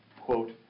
Quote